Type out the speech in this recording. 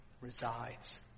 resides